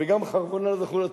"וגם חרבונה זכור לטוב".